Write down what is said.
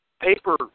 paper